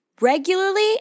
regularly